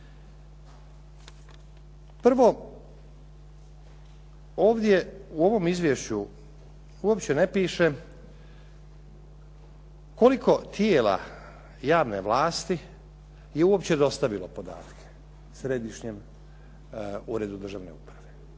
Prvo, ovdje u ovom izvješću uopće ne piše koliko tijela javne vlasti je uopće dostavilo podatke Središnjem uredu.